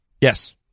Yes